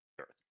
earth